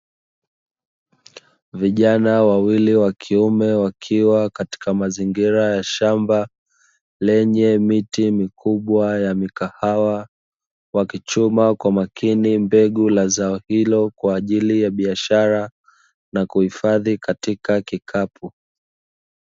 Vijana wawili wakiume wakiwa katika mazingira ya shamba lenye miti mikubwa ya mikahawa ,wakichuma kwa makini mbegu la zao hilo kwa ajili ya biashara na kuhifadhi katika kikapu.